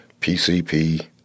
PCP